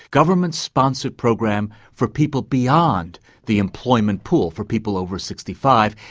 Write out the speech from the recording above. government-sponsored program for people beyond the employment pool, for people over sixty five,